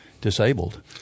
disabled